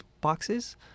boxes